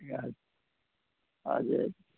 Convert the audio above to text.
ए हजुर हजुर